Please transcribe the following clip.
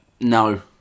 No